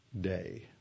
Day